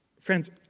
Friends